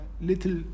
little